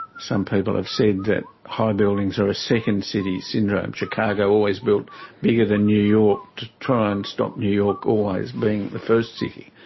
some people have said that high buildings are a second city syndrome chicago always built bigger than new york to try and stop new york always being the first city